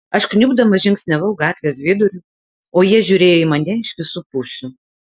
aš kniubdamas žingsniavau gatvės viduriu o jie žiūrėjo į mane iš visų pusių